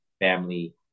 family